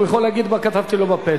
הוא יכול להגיד מה כתבתי לו בפתק.